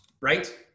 right